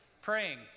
praying